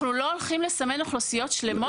אנחנו לא הולכים לסמן אוכלוסיות שלמות.